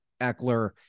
Eckler